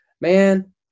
man